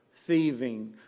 thieving